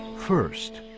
first,